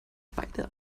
beide